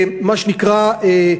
מה שנקרא,